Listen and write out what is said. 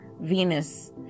Venus